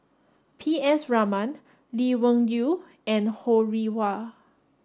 P S Raman Lee Wung Yew and Ho Rih Hwa